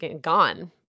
gone